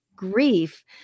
grief